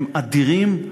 הם אדירים,